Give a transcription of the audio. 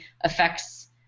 affects